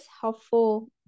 helpful